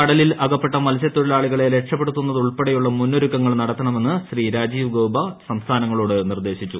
കടലിൽ അകപ്പെട്ട മത്സ്യ ത്തൊഴിലാളികളെ രക്ഷപെടുത്തുന്നതുൾപ്പെടെയുള്ള മുന്നൊരുക്കങ്ങൾ നടത്തണമെന്ന് ശ്രീ രാജീവ് ഗൌബ സംസ്ഥാനങ്ങളോട് നിർദ്ദേശിച്ചു